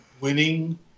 winning